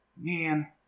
man